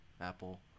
Apple